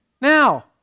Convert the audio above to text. Now